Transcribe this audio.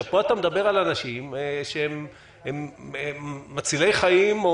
פה אתה מדבר על אנשים שהם מצילי חיים או